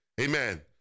amen